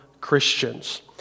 Christians